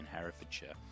Herefordshire